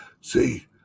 See